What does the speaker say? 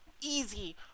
easy